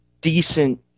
Decent